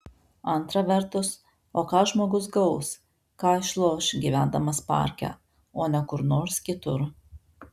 antra vertus o ką žmogus gaus ką išloš gyvendamas parke o ne kur nors kitur